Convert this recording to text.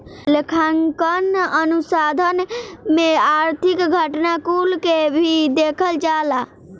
लेखांकन अनुसंधान में आर्थिक घटना कुल के भी देखल जाला